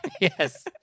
Yes